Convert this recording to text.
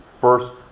first